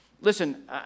Listen